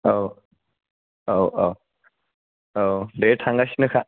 औ औ औ औ दे थांगासिनो खा